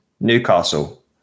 Newcastle